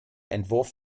entwurf